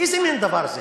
איזה מין דבר זה?